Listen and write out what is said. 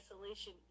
isolation